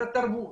על התרבות,